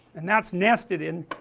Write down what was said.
and that is nested in,